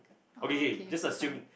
oh okay okay fine